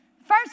First